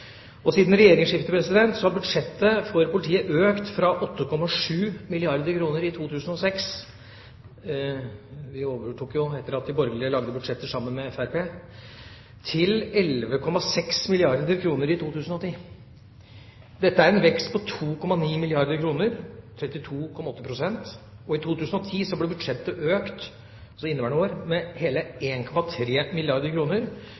har budsjettet for politiet økt fra 8,7 milliarder kr i 2006 – vi overtok jo etter at de borgerlige lagde budsjetter sammen med Fremskrittspartiet – til 11,6 milliarder kr i 2010. Dette er en vekst på 2,9 milliarder kr – 32,8 pst. I 2010, altså inneværende år, ble budsjettet økt med hele 1,3 milliarder